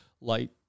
light